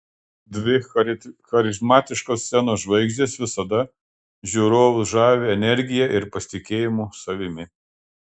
dvi charizmatiškos scenos žvaigždės visada žiūrovus žavi energija ir pasitikėjimu savimi